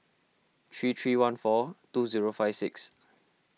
three three one four two zero five six